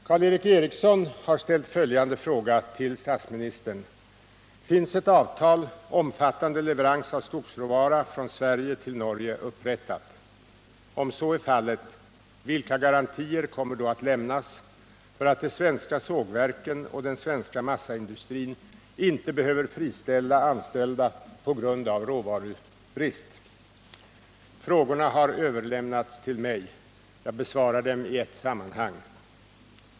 Karl Erik Eriksson har ställt följande fråga till statsministern: Om så är fallet, vilka garantier kommer då att lämnas för att de svenska sågverken och den svenska massaindustrin inte behöver friställa anställda på grund av råvarubrist? Frågorna har överlämnats till mig. Jag besvarar dem i ett sammanhang.